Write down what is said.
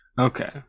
Okay